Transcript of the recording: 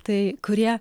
tai kurie